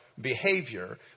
Behavior